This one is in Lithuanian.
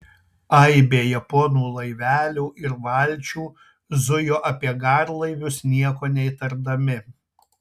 aibė japonų laivelių ir valčių zujo apie garlaivius nieko neįtardami